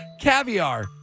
Caviar